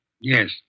Yes